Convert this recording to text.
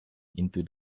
into